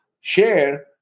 share